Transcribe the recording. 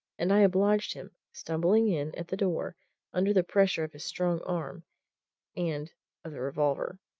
and i obliged him, stumbling in at the door under the pressure of his strong arm and of the revolver,